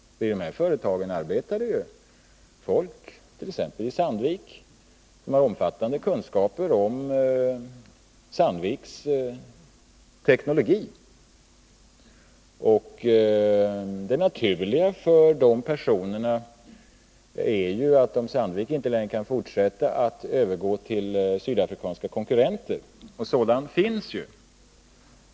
I de här företagen —t.ex. i Sandvik AB — arbetar ju människor som har omfattande kunskaper om Sandviks teknologi. Det naturliga för dessa personer är, om Sandvik inte längre kan fortsätta med sin verksamhet, att gå över till sydafrikanska konkurrenter. Sådana finns ju.